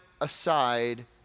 aside